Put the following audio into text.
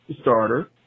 Starter